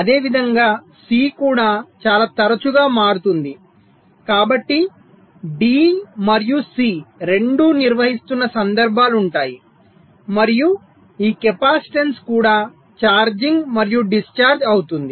అదేవిధంగా సి కూడా చాలా తరచుగా మారుతుంది కాబట్టి d మరియు c రెండూ నిర్వహిస్తున్న సందర్భాలు ఉంటాయి మరియు ఈ కెపాసిటెన్స్ కూడా ఛార్జింగ్ మరియు డిశ్చార్జ్ అవుతుంది